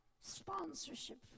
sponsorship